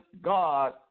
God